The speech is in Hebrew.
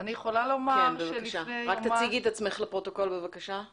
הם תפסו מיליונים שהיא עשקה לכאורה מאחותה התאומה של